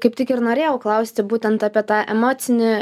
kaip tik ir norėjau klausti būtent apie tą emocinį